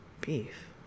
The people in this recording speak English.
beef